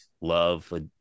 love